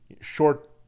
short